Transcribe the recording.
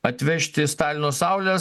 atvežti stalino saulės